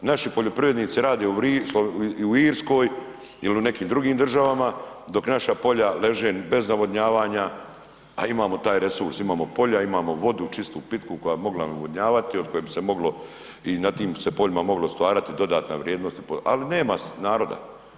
Naši poljoprivrednici rade i u Irskoj ili u nekim drugim državama, dok naša polja leže bez navodnjavanja, a imamo taj resurs, imamo polja, imamo vodu čistu, pitku koja bi mogla navodnjavati, od koje bi se moglo i na tim se poljima moglo stvarati dodatna vrijednost, ali nema naroda.